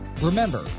Remember